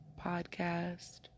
podcast